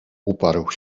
uparł